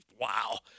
wow